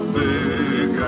big